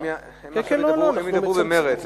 הם ידברו במרץ,